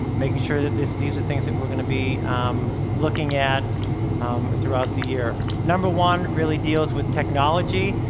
making sure that this these are things that we're going to be looking at throughout the year. number one really deals with technology.